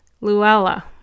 Luella